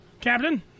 Captain